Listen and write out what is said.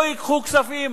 לא ייקחו כספים,